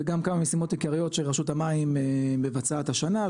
וגם כמה משימות עיקריות שרשות המים מבצעת השנה,